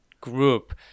group